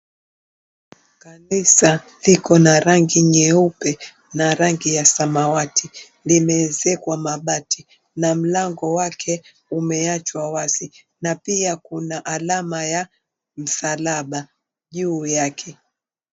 Kanisa liko na rangi nyeupe na rangi ya samawati limeezekwa mabati na mlango wake umeachwa wazi na pia kuna alama ya msalaba juu yake.